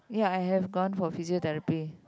ya I have gone for physiotherapy